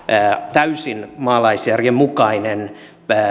täysin maalaisjärjen mukainen